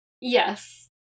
Yes